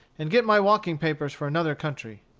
and get my walking-papers for another country.